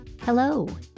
Hello